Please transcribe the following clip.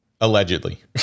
Allegedly